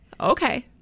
Okay